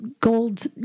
gold